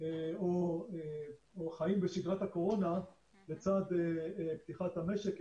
או חיים בשגרת הקורונה לצד פתיחת המשק.